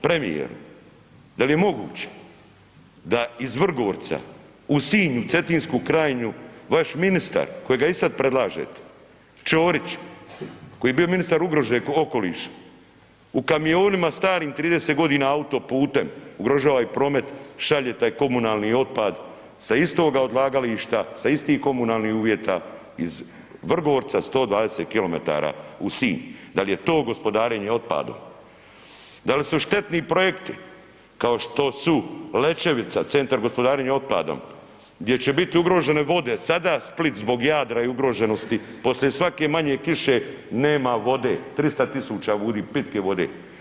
Premijeru da li je moguće da iz Vrgorca u Sinj, u Cetinsku krajinu vaš ministar kojega i sad predlažete Ćorić koji je bio ministar ugroze okoliša u kamionima starim 30 godina autoputem ugrožava i promet, šalje taj komunalni otpad sa istoga odlagališta sa istih komunalnih uvjeta iz Vrgorca 120 km u Sinj, da li je to gospodarenje otpadom, da li su štetni projekti kao što su Lećevica centar gospodarenja otpadom gdje će biti ugrožene vode, sada Split zbog Jadra i ugroženosti poslije svake manje kiše nema vode, 300.000 ljudi pitke vode.